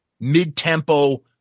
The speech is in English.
Mid-tempo